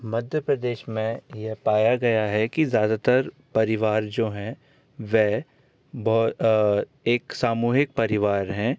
मध्य प्रदेश में यह पाया गया है कि ज़्यादातर परिवार जो हैं वह एक सामूहिक परिवार हैं